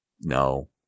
no